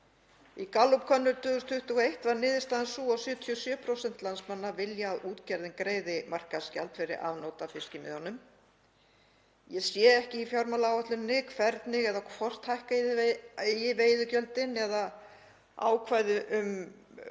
Í Gallup-könnun 2021 var niðurstaðan sú að 77% landsmanna vilja að útgerðin greiði markaðsgjald fyrir afnot af fiskimiðunum. Ég sé ekki í fjármálaáætluninni hvernig eða hvort hækka eigi veiðigjöldin eða ákvæði um auknar